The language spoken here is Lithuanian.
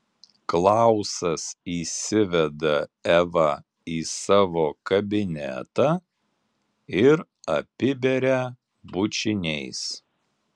klausas įsiveda evą į savo kabinetą ir apiberia bučiniais